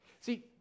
See